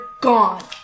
gone